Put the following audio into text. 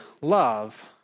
love